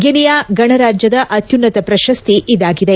Guinea ಗಣರಾಜ್ಯದ ಅತ್ಯುನ್ನತ ಪ್ರಶಸ್ತಿ ಇದಾಗಿದೆ